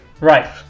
Right